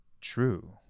true